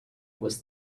was